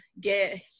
get